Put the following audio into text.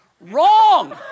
Wrong